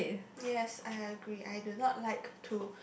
yes I agree I don't like to